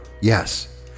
Yes